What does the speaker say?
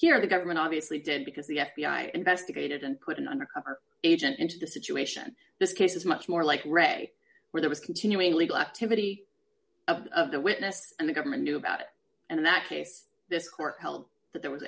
here the government obviously did because the f b i investigated and put an undercover agent into the situation this case is much more like ray where there was continuing legal activity of the witness and the government knew about it and that case this court held that there was